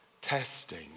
testing